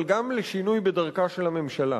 אבל גם לשינוי בדרכה של הממשלה.